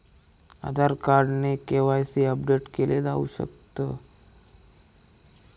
आधार card ने KYC update केल जाऊ शकत